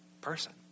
person